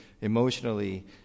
emotionally